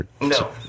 No